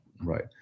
Right